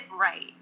right